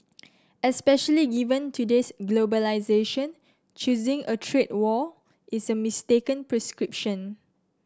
especially given today's globalisation choosing a trade war is a mistaken prescription